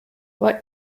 what